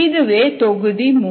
இதுவே தொகுதி 3